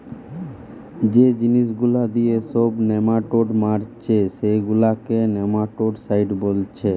যে জিনিস গুলা দিয়ে সব নেমাটোড মারছে সেগুলাকে নেমাটোডসাইড বোলছে